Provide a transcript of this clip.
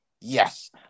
Yes